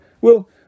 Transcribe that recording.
We'll